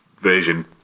version